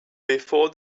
before